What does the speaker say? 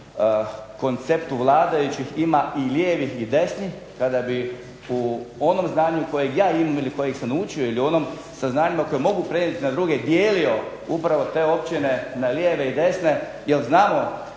konceptu vladajućih ima i lijevih i desnih, kada bi u onom znanju kojeg ja imam ili kojeg sam učio, ili u onim saznanjima koje mogu prenijeti na druge dijelio upravo te općine na lijeve i desne, jer znamo